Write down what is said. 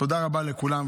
תודה רבה לכולם.